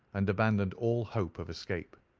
and abandoned all hope of escape.